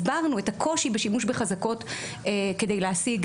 הסברנו את הקושי בשימוש בחזקות כדי להשיג